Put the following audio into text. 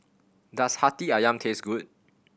does Hati Ayam taste good